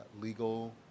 legal